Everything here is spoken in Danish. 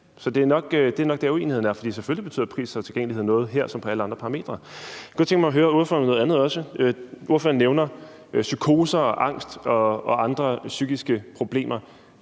Så det er nok der, uenigheden er, for selvfølgelig betyder pris og tilgængelighed noget her som på alle andre parametre. Jeg kunne godt tænke mig at høre ordføreren om noget andet også. Ordføreren nævner psykoser, angst og andre psykiske problemer,